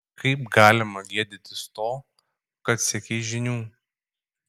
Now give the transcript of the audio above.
kaip galima gėdytis to kad siekei žinių